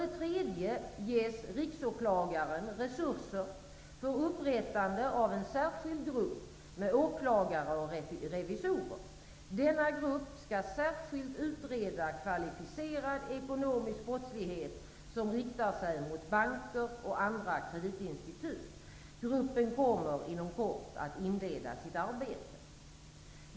Dessutom ges Riksåklagaren resurser för upprättande av en särskild grupp med åklagare och revisorer. Denna grupp skall särskilt utreda kvalificerad ekonomisk brottslighet som riktar sig mot banker och andra kreditinstitut. Gruppen kommer inom kort att inleda sitt arbete.